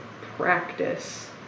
practice